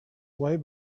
way